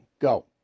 Go